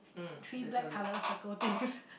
three black colour circle things